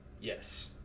Yes